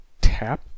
tap